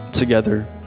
together